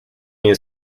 new